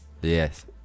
Yes